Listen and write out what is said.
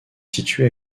située